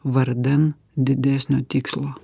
vardan didesnio tikslo